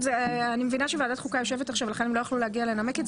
אני מבינה שוועדת החוקה יושבת עכשיו ולכן הם לא יכלו להגיע לנמק.